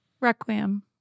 Requiem